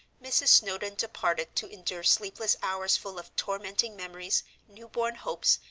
mrs. snowdon departed to endure sleepless hours full of tormenting memories, newborn hopes,